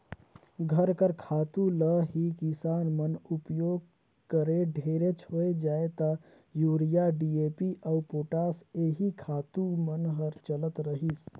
घर कर खातू ल ही किसान मन उपियोग करें ढेरेच होए जाए ता यूरिया, डी.ए.पी अउ पोटास एही खातू मन हर चलत रहिस